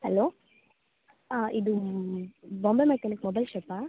hello ಹಾಂ ಇದು Bombay mechanic mobile ಶಾಪಾ